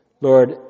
Lord